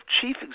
Chief